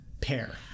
pair